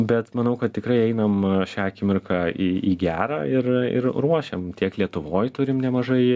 bet manau kad tikrai einam šią akimirką į į gerą ir ir ruošiam tiek lietuvoj turim nemažai